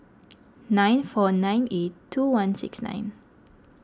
nine four nine eight two one six nine